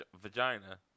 Vagina